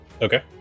Okay